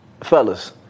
Fellas